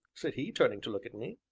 said he, turning to look at me.